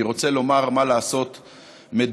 אני רוצה לומר מה לעשות מדינית,